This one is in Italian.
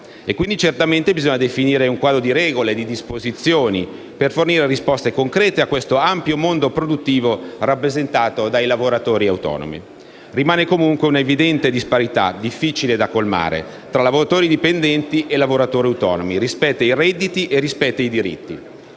bisogna certamente definire un quadro di regole, di disposizioni, per fornire risposte concrete a questo ampio mondo produttivo rappresentato dai lavoratori autonomi. Rimane, comunque, una evidente disparità, difficile da colmare, tra lavoratori dipendenti e lavoratori autonomi, rispetto ai redditi e ai diritti: